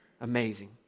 Amazing